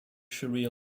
sharia